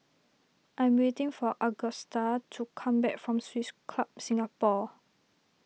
I'm waiting for Agusta to come back from Swiss Club Singapore